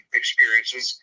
experiences